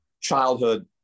childhood